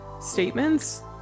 statements